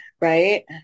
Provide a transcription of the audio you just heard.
right